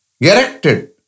erected